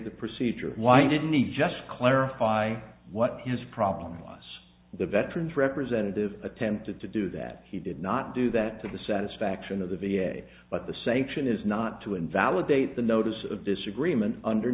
the procedure why didn't he just clarify what his problem was the veterans representative attempted to do that he did not do that to the satisfaction of the v a but the sanction is not to invalidate the notice of this agreement under